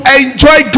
enjoy